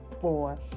four